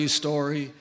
story